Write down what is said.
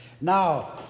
Now